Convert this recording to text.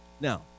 Now